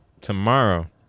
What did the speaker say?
tomorrow